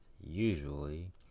usually